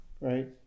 Right